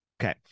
okay